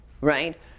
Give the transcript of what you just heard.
right